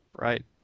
Right